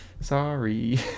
sorry